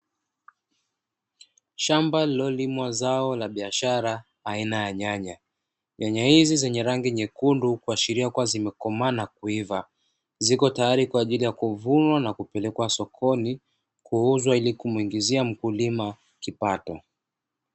Shamba lililolimwa zao la biashara aina ya nyanya, Nyanya hizi zenye rangi nyekundu kuashiria kuwa zimekomaa na kuiva ziko tayari kwa ajili ya kuvunwa na kupelekwa sokoni ,kuuzwa ili kumuingizia mkulima kipato.